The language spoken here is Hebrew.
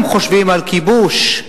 הם חושבים על כיבוש.